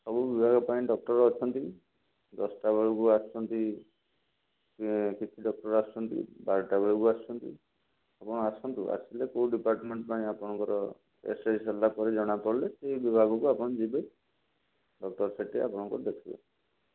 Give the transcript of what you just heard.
ସବୁ ବିଭାଗ ପାଇଁ ଡକ୍ଟର ଅଛନ୍ତି ଦଶଟାବେଳକୁ ଆସୁଛନ୍ତି କିଛି ଡକ୍ଟର ଆସୁଛନ୍ତି ବାରଟାବେଳକୁ ଆସୁଛନ୍ତି ଆପଣ ଆସନ୍ତୁ ଆସିଲେ କେଉଁ ଡିପାର୍ଟମେଣ୍ଟ ପାଇଁ ଆପଣଙ୍କର ସରିଲା ପରେ ଜଣା ପଡ଼ିଲେ ସେ ବିଭାଗକୁ ଆପଣ ଯିବେ ଡକ୍ଟର ସେଠି ଆପଣଙ୍କୁ ଦେଖିବେ